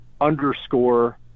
underscore